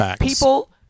people